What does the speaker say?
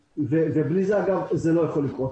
בלי זה, זה לא יכול לקרות.